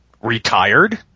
retired